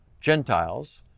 Gentiles